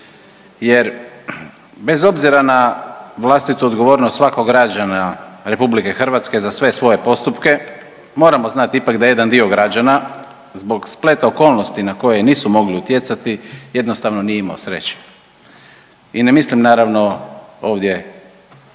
jer bez obzira na vlastitu odgovornost svakog građana RH za sve svoje postupke moramo znat ipak da jedan dio građana zbog spleta okolnosti na koje nisu mogli utjecati jednostavno nije imao sreće i ne mislim naravno ovdje,